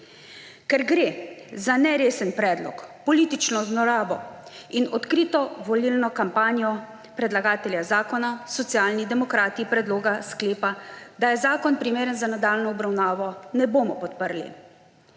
Ker gre za neresen predlog, politično zlorabo in odkrito volilno kampanjo predlagatelja zakona, Socialni demokrati predloga sklepa, da je zakon primeren za nadaljnjo obravnavo, ne bomo podprli.